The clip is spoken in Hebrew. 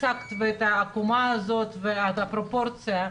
ואת העקומה הזאת ואת הפרופורציה,